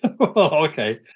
Okay